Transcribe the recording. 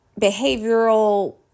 behavioral